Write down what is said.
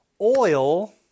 Oil